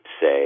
say